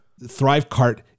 Thrivecart